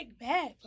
back